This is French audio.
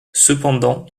cependant